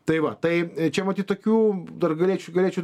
tai va tai čia matyt tokių dar galėčiau galėčiau